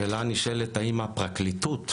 השאלה הנשאלת האם הפרקליטות